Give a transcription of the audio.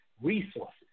resources